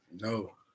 No